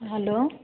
hello